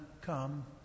come